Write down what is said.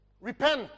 Repent